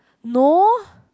no